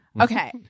Okay